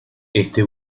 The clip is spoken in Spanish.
este